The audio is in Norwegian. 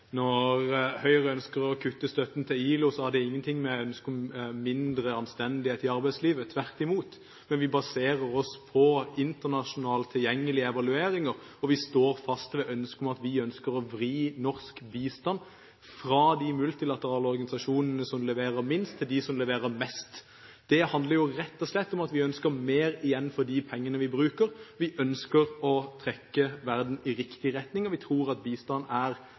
Når Høyre ønsker å kutte støtten til ILO, har det ingenting å gjøre med et ønske om mindre anstendighet i arbeidslivet, tvert imot. Men vi baserer oss på internasjonalt tilgjengelige evalueringer, og vi står fast ved at vi ønsker å vri norsk bistand fra de multilaterale organisasjonene som leverer minst, til dem som leverer mest. Det handler rett og slett om at vi ønsker mer igjen for de pengene vi bruker. Vi ønsker å trekke verden i riktig retning, og vi tror at bistand gjennom multilaterale organisasjoner er